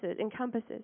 encompasses